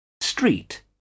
Street